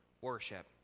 worship